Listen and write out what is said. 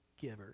giver